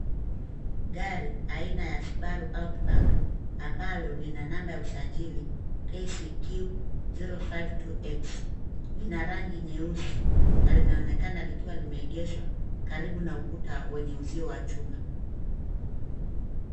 Gari aina ya Subaru Outback ambalo lina number ya usajili KCQ 052X lina rangi nyeusi na linaonekana likiwa limeegeshwa karibu na ukuta wenye uzio wa chuma.